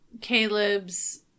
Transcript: Caleb's